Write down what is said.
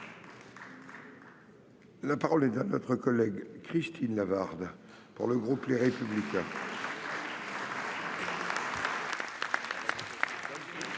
La parole est à Mme Christine Lavarde, pour le groupe Les Républicains.